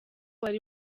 wari